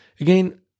again